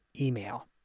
email